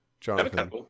Jonathan